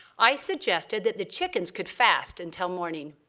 i suggested that the chickens could fast until morning.